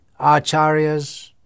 acharyas